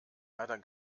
leider